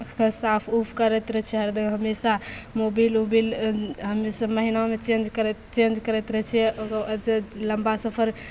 ओकरा साफ उफ करैत रहै छिए हरदम हमेशा मोबिल ओबिल हमेशा महिनामे चेन्ज करैत चेन्ज करैत रहै छिए ओकर ओकर बाद लम्बा सफर